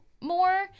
more